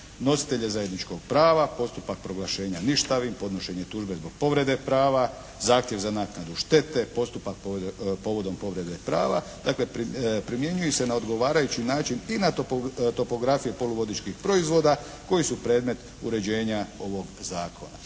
nositelja zajedničkog prava, postupak proglašenja ništavim, podnošenje tužbe zbog povrede prava, zahtjev za naknadu štete, postupak povodom povrede prava. Dakle, primjenjuju se na odgovarajući način i na topografije poluvodičkih proizvoda koji su predmet uređenja ovog zakona.